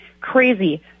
crazy